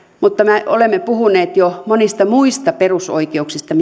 mutta me olemme puhuneet jo monista muista perusoikeuksista